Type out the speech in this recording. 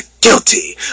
guilty